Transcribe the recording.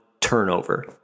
turnover